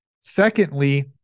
Secondly